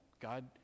God